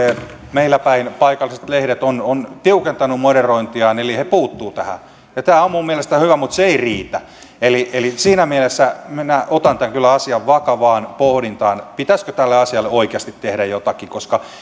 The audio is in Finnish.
meillä päin paikalliset lehdet ovat tiukentaneet moderointiaan eli he puuttuvat tähän tämä on mielestäni hyvä mutta se ei riitä siinä mielessä otan kyllä vakavaan pohdintaan pitäisikö tälle asialle oikeasti tehdä jotakin koska